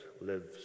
lives